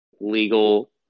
legal